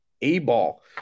A-ball